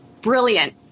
brilliant